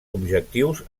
objectius